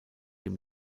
dem